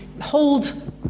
hold